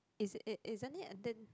is it isn't it then